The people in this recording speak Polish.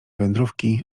wędrówki